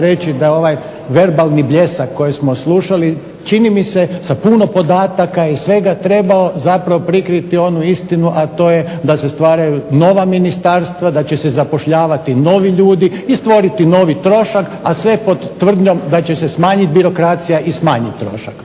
da ovaj verbalni bljesak koji smo slušali čini mi se sa puno podataka i svega trebao zapravo prikriti onu istinu a to je da se stvaraju nova ministarstva, da će se zapošljavati novi ljudi, i stvoriti novi trošak, a sve pod tvrdnjom da će se smanjiti birokracija i smanjiti trošak.